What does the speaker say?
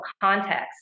context